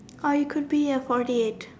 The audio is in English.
or you could be a forty eight